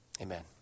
Amen